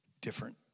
different